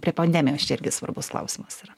prie pandemijos čia irgi svarbus klausimas yra